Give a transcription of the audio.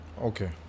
Okay